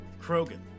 Krogan